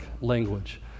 language